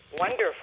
Wonderful